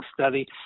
study